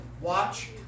watch